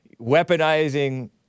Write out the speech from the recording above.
weaponizing